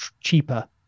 cheaper